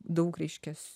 daug reiškias